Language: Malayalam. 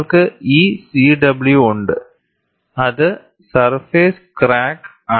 നിങ്ങൾക്ക് ഈ CW ഉണ്ട് അത് സർഫേസ് ക്രാക്ക് ആണ്